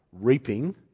reaping